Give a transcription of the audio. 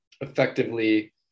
effectively